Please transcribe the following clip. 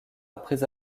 après